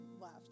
left